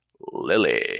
lily